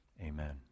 Amen